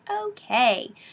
okay